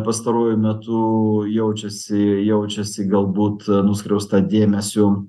pastaruoju metu jaučiasi jaučiuosi galbūt nuskriausta dėmesiu